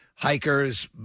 Hikers